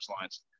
lines